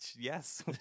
yes